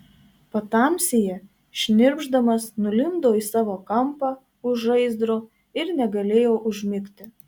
patamsyje šnirpšdamas nulindo į savo kampą už žaizdro ir negalėjo užmigti